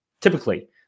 typically